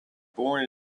born